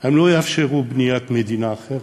הם לא יאפשרו בניית מדינה אחרת.